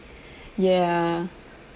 ya